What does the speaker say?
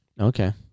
Okay